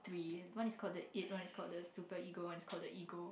one is called the it one is called the super ego one is called the ego